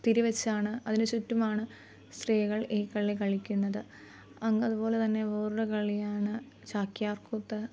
തിരി വെച്ചാണ് അതിന് ചുറ്റുമാണ് സ്ത്രീകൾ ഈ കളി കളിക്കുന്നത് അങ്ങ് അതുപോലെത്തന്നെ വേറൊരു കളിയാണ് ചാക്യാർകൂത്ത്